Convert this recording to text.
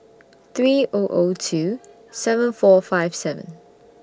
three O O two seven four five seven